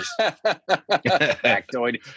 Factoid